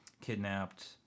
kidnapped